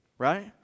right